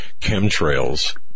chemtrails